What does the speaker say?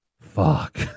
fuck